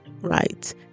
right